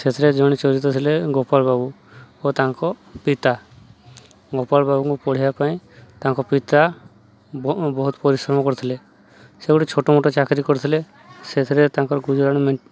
ସେଥିରେ ଜଣେ ଚରିତ୍ର ଥିଲେ ଗୋପାଳ ବାବୁ ଓ ତାଙ୍କ ପିତା ଗୋପାଳ ବାବୁଙ୍କୁ ପଢ଼ିବା ପାଇଁ ତାଙ୍କ ପିତା ବହୁତ ପରିଶ୍ରମ କରିଥିଲେ ସେ ଗୋଟେ ଛୋଟ ମୋଟ ଚାକିରି କରିଥିଲେ ସେଥିରେ ତାଙ୍କର ଗୁଜୁରାଣ